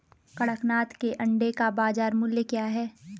कड़कनाथ के अंडे का बाज़ार मूल्य क्या है?